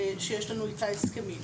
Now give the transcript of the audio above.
שיש לנו איתה הסכמים.